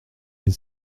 est